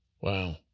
Wow